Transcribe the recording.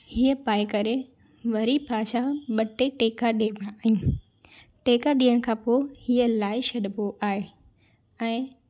ईअं पाए करे वरी पंहिंजा ॿ टे टहिका ॾिबा आहिनि टहिका ॾियण खां पोइ हीअ लाइ छॾिबो आहे ऐं